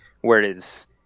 Whereas